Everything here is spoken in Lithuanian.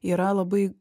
yra labai